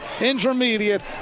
Intermediate